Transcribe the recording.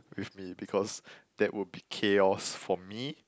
with me because that would be chaos for me